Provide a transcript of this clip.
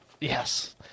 yes